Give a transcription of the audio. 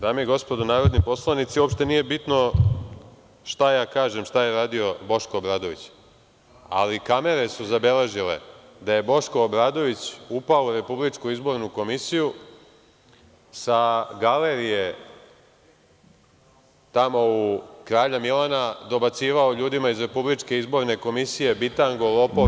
Dame i gospodo narodni poslanici, uopšte nije bitno šta ja kažem šta je radio Boško Obradović, ali kamere su zabeležile da je Boško Obradović upao u Republičku izbornu komisiju sa galerije tamo u kralja Milana, dobacivao ljudima iz Republičke izborne komisije – bitango, lopove.